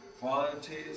qualities